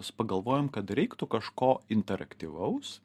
pagalvojom kad reiktų kažko interaktyvaus